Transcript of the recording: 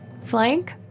flank